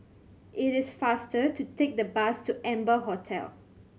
it is faster to take the bus to Amber Hotel